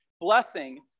blessing